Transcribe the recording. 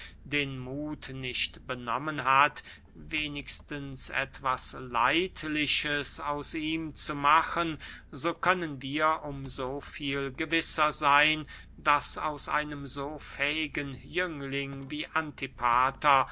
den muth nicht benommen hat wenigstens etwas leidliches aus ihm zu machen so können wir um so viel gewisser seyn daß aus einem so fähigen jüngling wie antipater